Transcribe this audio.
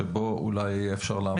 שבו אולי אפשר יהיה לעמוד.